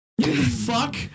Fuck